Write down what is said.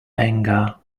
anger